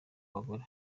abagore